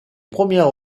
premières